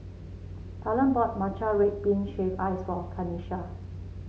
talan bought Matcha Red Bean Shaved Ice for Kanisha